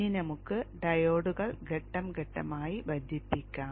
ഇനി നമുക്ക് ഡയോഡുകൾ ഘട്ടം ഘട്ടമായി ബന്ധിപ്പിക്കാം